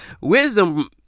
wisdom